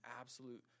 absolute